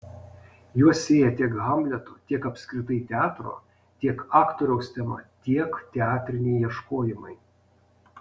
juos sieja tiek hamleto tiek apskritai teatro tiek aktoriaus tema tiek teatriniai ieškojimai